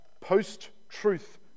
post-truth